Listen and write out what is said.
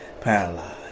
paralyzed